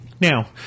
Now